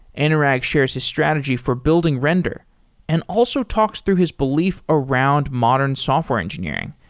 anurag shares his strategy for building render and also talks through his belief around modern software engineering,